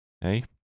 Hey